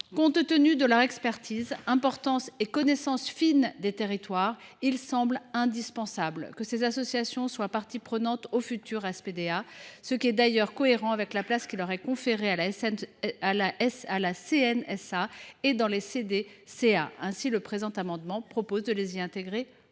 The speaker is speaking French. compte tenu de leur expertise, de leur importance et de leur connaissance fine des territoires, il semble indispensable que ces associations soient parties prenantes du futur SPDA, ce qui serait d’ailleurs cohérent avec la place qui leur est conférée dans la CNSA et dans les CDCA. Aussi, par le présent amendement, proposons nous de les y intégrer pleinement.